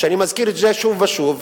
ואני מזכיר את זה שוב ושוב,